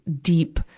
deep